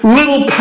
little